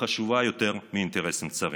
וחשובה יותר מאינטרסים צרים.